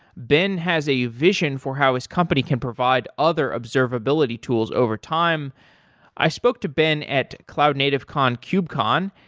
ben has a vision for how his company can provide other observability tools over time i spoke to ben at cloudnative con, kubecon,